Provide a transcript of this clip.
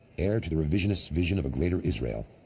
heir to the revisionists' vision of a greater israel,